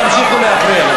תמשיכו להפריע לו.